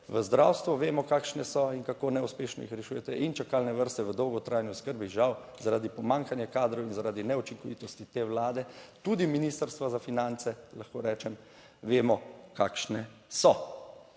v zdravstvu vemo kakšne so in kako neuspešno jih rešujete. In čakalne vrste v dolgotrajni oskrbi žal zaradi pomanjkanja kadrov in zaradi neučinkovitosti te Vlade, tudi Ministrstva za finance, lahko rečem, vemo kakšne so.